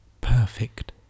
perfect